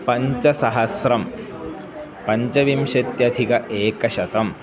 पञ्चसहस्रं पञ्चविंशत्यधिकैकशतम्